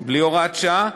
בלי הוראת שעה.